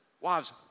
wives